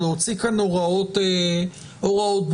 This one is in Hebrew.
להוציא כאן הוראות ברורות.